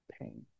pain